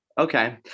okay